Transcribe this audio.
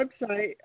website